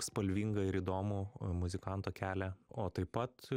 spalvinga ir įdomu muzikanto kelią o taip pat